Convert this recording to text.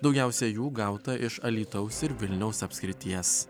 daugiausia jų gauta iš alytaus ir vilniaus apskrities